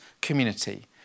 community